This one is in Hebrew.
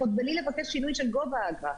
עוד בלי לבקש שינוי של גובה האגרה,